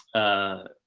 ah,